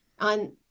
on